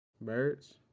birds